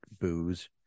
booze